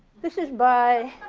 this is why.